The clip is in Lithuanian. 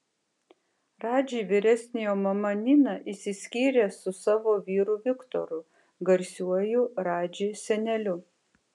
radži vyresniojo mama nina išsiskyrė su savo vyru viktoru garsiuoju radži seneliu